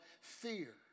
fear